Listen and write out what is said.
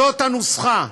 זאת הנוסחה.